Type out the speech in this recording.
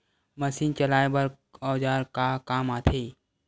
Machine चलाए बर औजार का काम आथे?